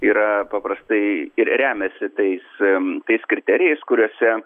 yra paprastai ir remiasi tais tais kriterijais kuriuose